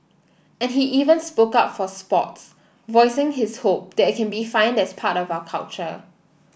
and he even spoke up for sports voicing his hope that it can be defined as part of our culture